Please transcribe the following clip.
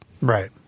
Right